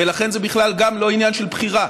ולכן זה גם בכלל לא עניין של בחירה,